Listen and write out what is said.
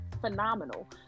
phenomenal